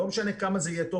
לא משנה כמה זה טוב,